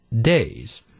days